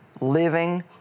living